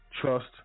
trust